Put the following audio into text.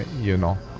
you know